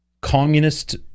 communist